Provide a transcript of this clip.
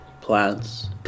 plants